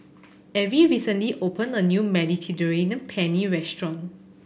Avie recently opened a new Mediterranean Penne restaurant